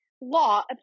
Law